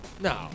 No